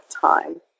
time